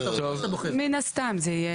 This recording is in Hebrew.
מן הסתם זה יהיה.